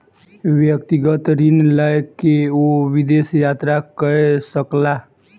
व्यक्तिगत ऋण लय के ओ विदेश यात्रा कय सकला